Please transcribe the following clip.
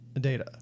data